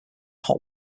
hot